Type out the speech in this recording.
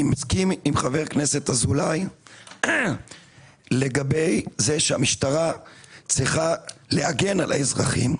אני מסכים עם חבר הכנסת אזולאי לגבי זה שהמשטרה צריכה להגן על האזרחים,